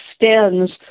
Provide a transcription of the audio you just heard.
extends